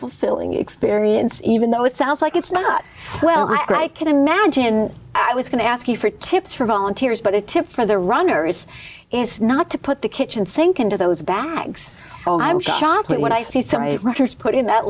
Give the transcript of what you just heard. fulfilling experience even though it sounds like it's not well i can imagine i was going to ask you for tips for volunteers but a tip for the runner is not to put the kitchen sink into those bags i'm shopping when i see some writers put in that